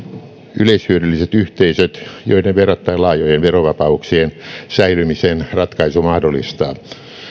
yleishyödylliset yhteisöt joiden verrattain laajojen verovapauksien säilymisen ratkaisu mahdollistaa